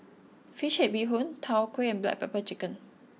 Fish Head Bee Hoon Tau Huay and Black Pepper Chicken